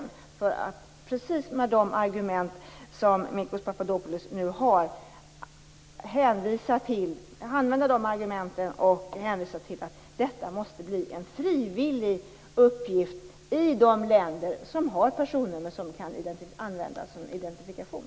Jag kommer att använda precis de argument som Nikos Papadopoulos framför och hänvisa till att detta måste bli en frivillig uppgift i de länder som har personnummer som kan användas som identifikation.